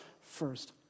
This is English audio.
first